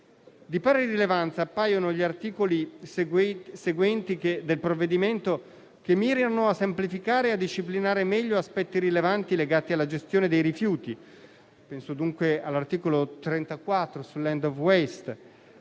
Di pari rilevanza appaiono gli articoli seguenti del provvedimento, che mirano a semplificare e a disciplinare meglio aspetti rilevanti legati alla gestione dei rifiuti. Penso dunque all'articolo 34, sulla *end of waste*,